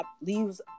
leaves